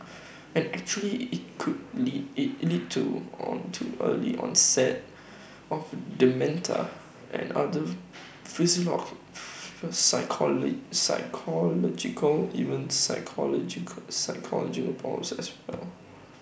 and actually IT could lead IT lead to on to early onset of dementia and other psychological even psychological psychological problems as well